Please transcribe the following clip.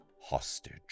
hostage